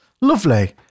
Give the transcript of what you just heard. lovely